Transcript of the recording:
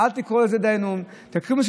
תודה רבה.